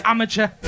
Amateur